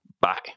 Bye